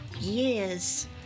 years